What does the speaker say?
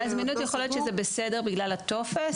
הזמינות, זה יכול להיות בסדר בגלל הטופס.